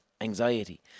anxiety